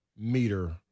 meter